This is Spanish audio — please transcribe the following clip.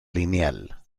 lineal